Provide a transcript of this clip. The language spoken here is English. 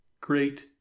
great